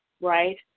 Right